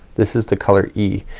this is the color e.